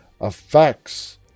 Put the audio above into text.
affects